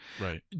Right